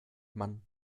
man